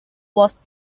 was